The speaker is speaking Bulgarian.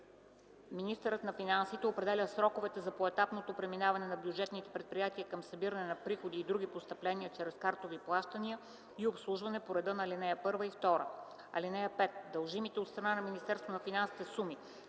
Министърът на финансите определя сроковете за поетапното преминаване на бюджетните предприятия към събиране на приходи и други постъпления чрез картови плащания и обслужване по реда на ал. 1 и 2. (5) Дължимите от страна на Министерството на финансите суми